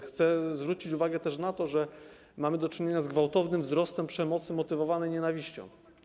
Chcę zwrócić uwagę też na to, że mamy do czynienia z gwałtownym wzrostem przemocy motywowanej nienawiścią.